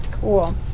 Cool